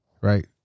Right